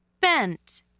Bent